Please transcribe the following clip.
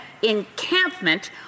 encampment